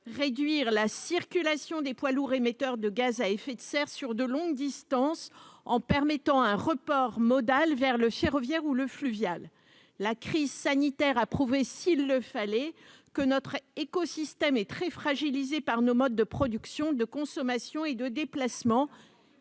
réduire la circulation des poids lourds émetteurs de gaz à effet de serre sur de longues distances en permettant un report modal vers le ferroviaire ou le fluvial. La crise sanitaire a prouvé, s'il le fallait, que notre écosystème est très fragilisé par nos modes de production, de consommation et de déplacement.